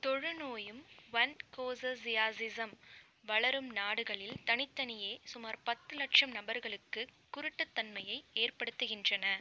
தொழுநோயும் ஒன்கோசெர்சியாசிஸும் வளரும் நாடுகளில் தனித்தனியே சுமார் பத்து லட்சம் நபர்களுக்குக் குருட்டுத்தன்மையை ஏற்படுத்துகின்றன